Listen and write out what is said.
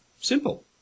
Simple